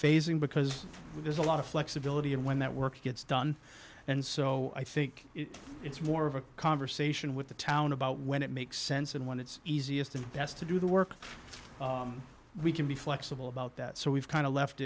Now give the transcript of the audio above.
phasing because there's a lot of flexibility and when that work gets done and so i think it's more of a conversation with the town about when it makes sense and when it's easiest and best to do the work we can be flexible about that so we've kind of left